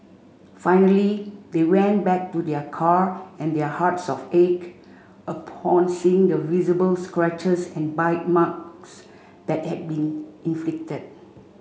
finally they went back to their car and their hearts of ached upon seeing the visible scratches and bite marks that had been inflicted